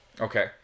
Okay